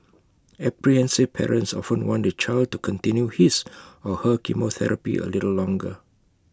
apprehensive parents often want their child to continue his or her chemotherapy A little longer